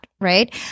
Right